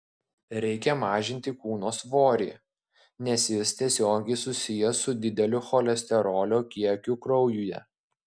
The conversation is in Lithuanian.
reikia mažinti kūno svorį nes jis tiesiogiai susijęs su dideliu cholesterolio kiekiu kraujuje